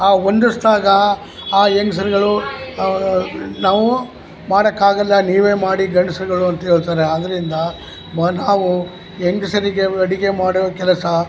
ಆ ಹೊಂದಿಸ್ದಾಗ ಆ ಹೆಂಗ್ಸ್ರುಗಳು ನಾವು ಮಾಡೋಕ್ಕಾಗೋಲ್ಲ ನೀವೇ ಮಾಡಿ ಗಂಡಸ್ರುಗಳು ಅಂಥೇಳ್ತಾರೆ ಆದ್ದರಿಂದ ಮ ನಾವು ಹೆಂಗಸ್ರಿಗೆ ಅವು ಅಡುಗೆ ಮಾಡುವ ಕೆಲಸ